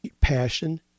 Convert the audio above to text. passion